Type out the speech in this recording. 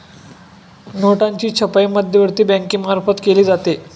नोटांची छपाई मध्यवर्ती बँकेमार्फत केली जाते